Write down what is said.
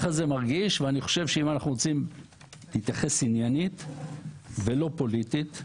אני חושב שאם אנחנו רוצים להתייחס עניינית ולא פוליטית,